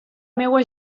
meua